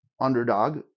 underdog